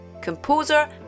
composer